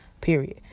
Period